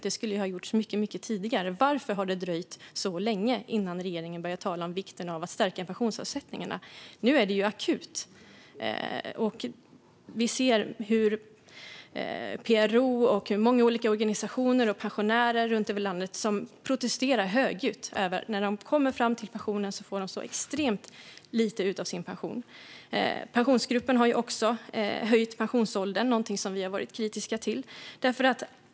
Det skulle ha gjorts mycket tidigare. Varför dröjde det så länge innan regeringen började tala om vikten av att stärka pensionsavsättningarna? Nu är det akut. Vi ser hur PRO, många olika organisationer och pensionärer runt över landet protesterar högljutt. När de kommer fram till pensionen får de extremt lite i pension. Pensionsgruppen har också höjt pensionsåldern. Det är något som vi har varit kritiska till.